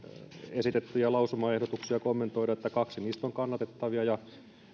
esitettyjä lausumaehdotuksia kommentoida niin että kaksi niistä on kannatettavia ja